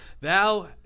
thou